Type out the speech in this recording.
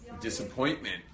disappointment